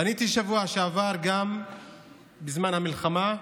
פניתי בשבוע שעבר, בזמן המלחמה,